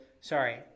sorry